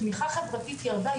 תמיכה חברתית ירדה,